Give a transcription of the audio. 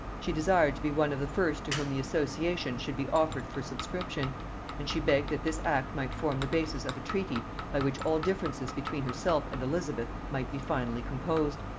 she desired to be one of the first to whom the association should be offered for subscription and she begged that this act might form the basis of a treaty by which all differences between herself and elizabeth might be finally composed,